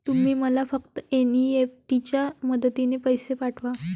तुम्ही मला फक्त एन.ई.एफ.टी च्या मदतीने पैसे पाठवा